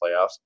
playoffs